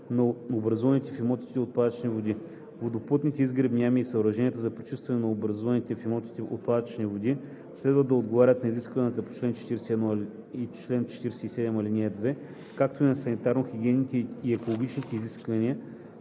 на образуваните в имотите отпадъчни води. Водоплътните изгребни ями и съоръженията за пречистване на образуваните в имотите отпадъчни води следва да отговарят на изискванията на чл. 41 и чл. 47, ал. 2, както и на санитарно-хигиенните и екологичните изисквания,